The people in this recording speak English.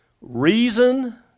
reason